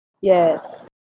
Yes